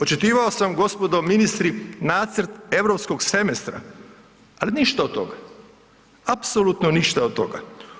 Očekivao sam gospodo ministri nacrt europskog semestra, ali ništa od toga, apsolutno ništa od toga.